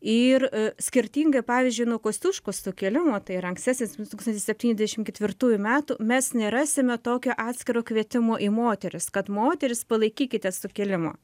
ir skirtingai pavyzdžiui nuo kosciuškos sukilimo tai yra ankstesnis tūkstantis septyniasdešim ketvirtųjų metų mes nerasime tokio atskiro kvietimo į moteris kad moterys palaikykite sukilimą